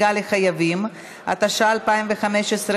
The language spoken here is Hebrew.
התשע"ח 2018,